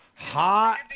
Hot